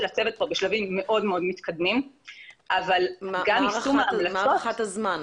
הצוות פה בשלבים מאוד מתקדמים -- מה הערכת הזמן?